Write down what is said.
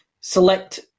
Select